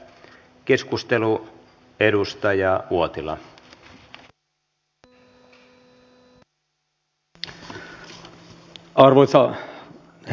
arvoisa herra puhemies